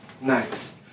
Nice